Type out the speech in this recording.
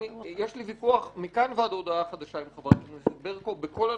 שיש לי ויכוח מכאן ועד הודעה חדשה עם חברת הכנסת ברקו בכל הנושאים,